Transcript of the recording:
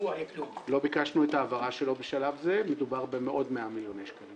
לא ביקשנו את העברה שלו בשלב זה - מדובר בעוד 100 מיליון שקל.